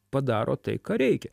padaro tai ką reikia